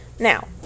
Now